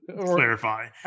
clarify